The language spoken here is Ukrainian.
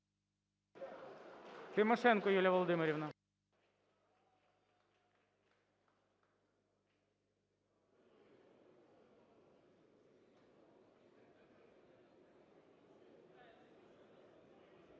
Тимошенко Юлія Володимирівна.